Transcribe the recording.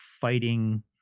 fighting